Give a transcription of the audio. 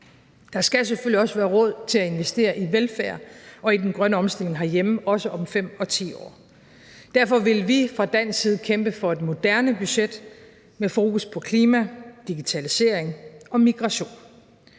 der skal selvfølgelig også være råd til at investere i velfærd og i den grønne omstilling herhjemme, også om 5 og 10 år. Derfor vil vi fra dansk side kæmpe for et moderne budget med fokus på klima, digitalisering og migration.